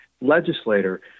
legislator